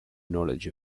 knowledge